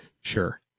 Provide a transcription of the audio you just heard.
Sure